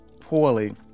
poorly